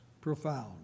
profound